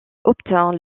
obtint